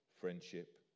friendship